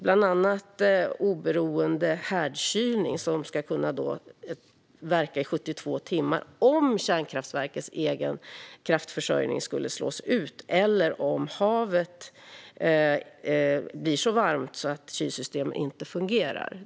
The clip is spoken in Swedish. En av dessa är oberoende härdkylning, som ska kunna verka i 72 timmar om kärnkraftverkets egen kraftförsörjning skulle slås ut eller om havet blir så varmt att kylsystemen inte fungerar.